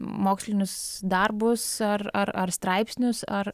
mokslinius darbus ar ar ar straipsnius ar